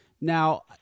Now –